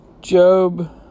Job